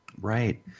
Right